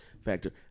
factor